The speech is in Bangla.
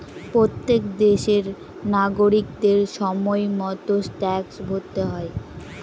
প্রত্যেক দেশের নাগরিকদের সময় মতো ট্যাক্স ভরতে হয়